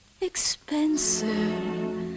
expensive